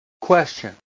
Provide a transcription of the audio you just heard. question